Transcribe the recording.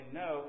no